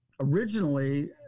originally